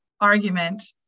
argument